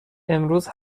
امروز